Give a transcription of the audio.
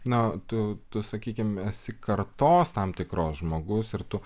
na tu tu sakykim esi kartos tam tikros žmogus ir tu